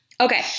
Okay